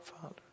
father